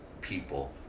people